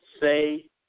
say